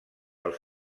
els